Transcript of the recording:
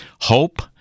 hope